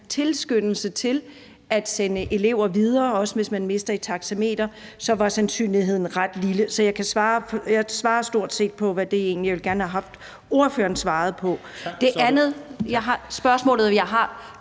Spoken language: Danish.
tilskyndelse til at sende elever videre, også hvis man mister et taxameter, så var sandsynligheden ret lille. Så jeg svarer stort set på det, som jeg egentlig gerne ville have haft at ordføreren svarede på. Det andet spørgsmål, jeg har,